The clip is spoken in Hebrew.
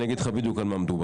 אני אגיד לך בדיוק על מה מדובר.